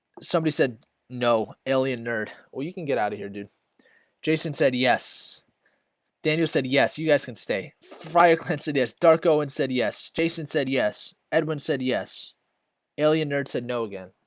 somebody said no alien nerd or you can get out of here, dude jason said yes daniel said yes you guys can stay friar clint said yes darko and said yes, jason said yes edwin said yes alien nerd said no again.